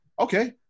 okay